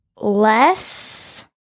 Less